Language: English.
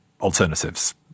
alternatives